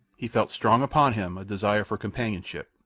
he felt strong upon him a desire for companionship,